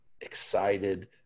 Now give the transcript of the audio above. excited